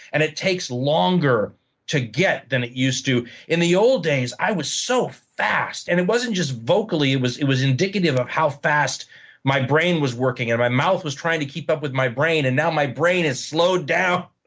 and it takes longer to get than it used to. in the old days, i was so fast, and it wasn't just vocally it was indicative of how fast my brain was working. and my mouth was trying to keep up with my brain, and now, my brain has slowed down.